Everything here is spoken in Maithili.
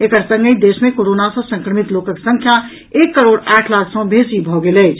एकर संगहि देश मे कोरोना सॅ संक्रमित लोकक संख्या एक करोड़ आठ लाख सॅ बेसी भऽ गेल अछि